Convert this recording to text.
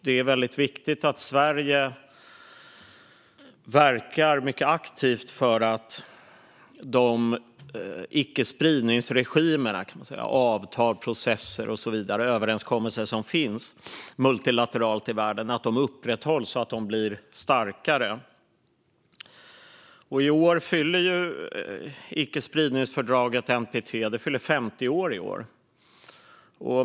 Det är viktigt att Sverige verkar mycket aktivt för att de icke-spridningsregimer, avtal, processer, överenskommelser och så vidare som finns multilateralt i världen upprätthålls så att de blir starkare. I år fyller icke-spridningsfördraget NPT 50 år.